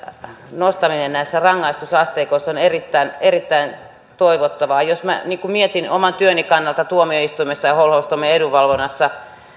nostaminen näissä rangaistusasteikoissa on erittäin erittäin toivottavaa jos minä mietin oman työni kannalta tuomioistuimessa ja holhoustoimien edunvalvonnassa